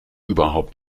überhaupt